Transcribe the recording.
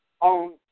on